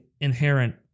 inherent